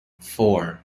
four